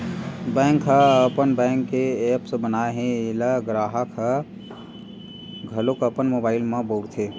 bank ह अपन bank के ऐप्स बनाए हे एला गराहक ह घलोक अपन मोबाइल म बउरथे